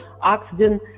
oxygen